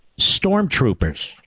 stormtroopers